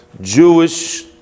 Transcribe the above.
Jewish